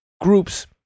groups